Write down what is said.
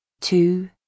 two